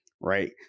right